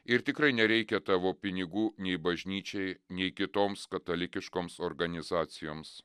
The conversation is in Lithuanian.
ir tikrai nereikia tavo pinigų nei bažnyčiai nei kitoms katalikiškoms organizacijoms